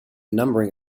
numbering